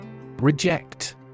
Reject